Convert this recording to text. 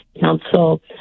Council